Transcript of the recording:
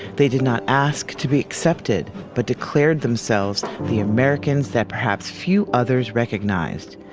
they did not ask to be accepted, but declared themselves the americans that perhaps few others recognized,